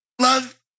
love